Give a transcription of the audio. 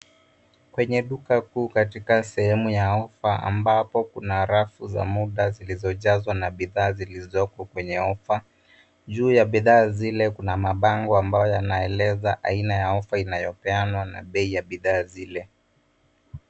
Kwenye duka kuu katika sehemu ya ofa ambapo kuna rafu za muda zilizojazwa na bidhaa zilizoko kwenye ofa. Juu ya bidhaa zile kuna mabango ambayo yanaeleza aina ya ofa inayopeanwa na bei ya bidhaa zile.